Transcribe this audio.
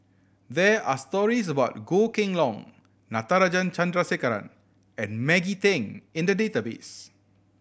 there are stories about Goh Kheng Long Natarajan Chandrasekaran and Maggie Teng in the database